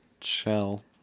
shell